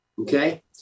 okay